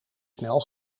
snel